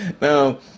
now